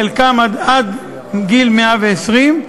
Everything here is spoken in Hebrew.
חלקם עד גיל 120,